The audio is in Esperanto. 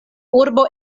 urbo